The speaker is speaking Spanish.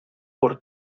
por